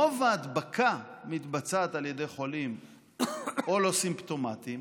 רוב ההדבקה מתבצעת על ידי חולים או לא סימפטומטיים